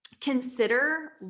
consider